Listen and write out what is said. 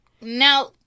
now